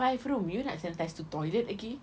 five room you nak sanitise tu toilet lagi